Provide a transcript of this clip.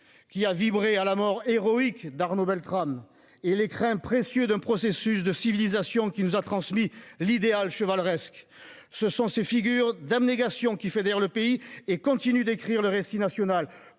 qui a vibré à la mort héroïque d'Arnaud Beltrame, est l'écrin précieux d'un processus de civilisation qui nous a transmis l'idéal chevaleresque. Ce sont ces figures d'abnégation qui fédèrent le pays et continuent d'écrire le récit national.